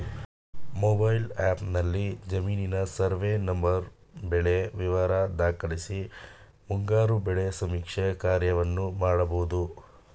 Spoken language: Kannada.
ಮೊಬೈಲ್ ಆ್ಯಪ್ನಲ್ಲಿ ಜಮೀನಿನ ಸರ್ವೇ ನಂಬರ್ವಾರು ಬೆಳೆ ವಿವರ ದಾಖಲಿಸಿ ಮುಂಗಾರು ಬೆಳೆ ಸಮೀಕ್ಷೆ ಕಾರ್ಯವನ್ನು ಮಾಡ್ಬೋದು